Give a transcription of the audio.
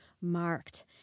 marked